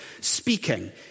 speaking